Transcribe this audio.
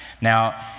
Now